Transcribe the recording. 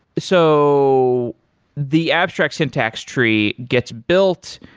so the abstract syntax tree gets built.